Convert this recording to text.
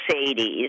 Mercedes